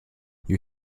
you